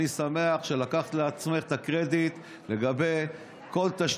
אני שמח שלקחת לעצמך את הקרדיט על כל תשתית